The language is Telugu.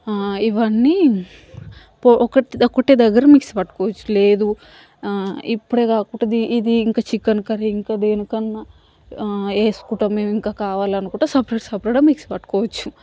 ఇవన్నీ పొ ఒకటే ఒకటే దగ్గర మిక్సీ పట్టుకోవచ్చు లేదు ఇప్పుడే కాకుండా ఇది ఇంక చికెన్ కర్రీ ఇంకా దేనికన్నా వేసుకుంటాం మేము ఇంకా కావాలనుకుంటే సపరేట్ సపరేట్గా మిక్సీ పట్టుకోవచ్చు